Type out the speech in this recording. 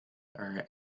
are